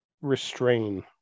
restrain